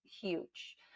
huge